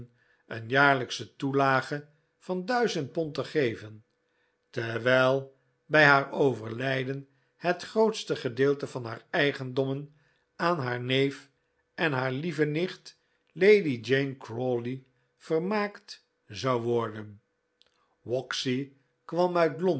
een jaarlijksche toelage van duizend pond te geven terwijl bij haar overlijden het grootste gedeelte van haar eigendommen aan haar neef en haar lieve nicht lady jane crawley vermaakt zou worden waxy kwam